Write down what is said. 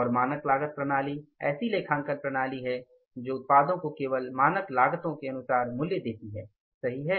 और मानक लागत प्रणाली ऐसी लेखांकन प्रणाली है जो उत्पादों को केवल मानक लागतों के अनुसार मूल्य देती है सही है